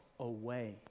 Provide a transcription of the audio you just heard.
away